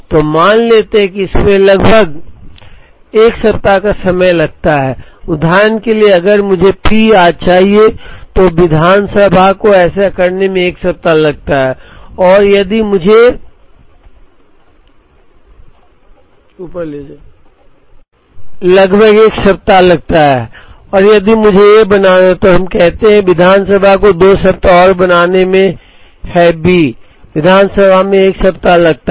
तो मान लेते हैं कि इसमें लगभग 1 सप्ताह का समय लगता है उदाहरण के लिए अगर मुझे P आज चाहिए तो विधानसभा को ऐसा करने में 1 सप्ताह लगता है और यदि मुझे A बनाना है तो हम कहते हैं कि विधानसभा को 2 सप्ताह और बनाने में है बी विधानसभा में 1 सप्ताह लगता है